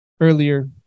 Earlier